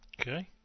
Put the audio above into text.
Okay